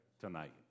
tonight